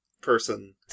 person